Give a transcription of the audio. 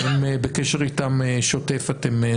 אתם בקשר שוטף איתם,